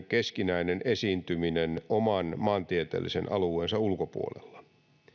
keskinäinen esiintyminen oman maantieteellisen alueensa ulkopuolella